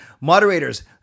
Moderators